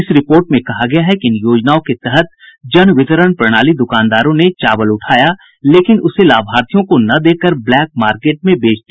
इस रिपोर्ट में कहा गया है कि इन योजनाओं के तहत जनवितरण प्रणाली दुकानदारों ने चावल उठाया लेकिन उसे लाभार्थियों को न देकर ब्लैक मार्केट में बेच दिया